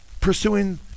pursuing